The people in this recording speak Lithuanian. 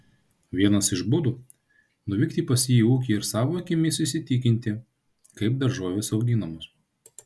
vienas iš būdų nuvykti pas jį į ūkį ir savo akimis įsitikinti kaip daržovės auginamos